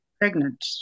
pregnant